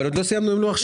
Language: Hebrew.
עוד לא סיימנו עם לוח שש,